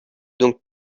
donc